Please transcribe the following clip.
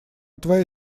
твоя